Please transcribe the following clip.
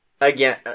Again